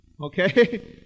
okay